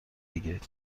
بگیرید